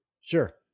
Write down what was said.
Sure